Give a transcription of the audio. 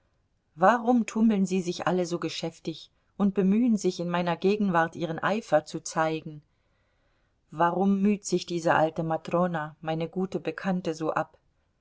warum tummeln sie sich alle so geschäftig und bemühen sich in meiner gegenwart ihren eifer zu zeigen warum müht sich diese alte matrona meine gute bekannte so ab